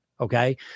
Okay